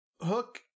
Hook